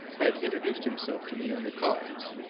had introduced himself to me on the cars.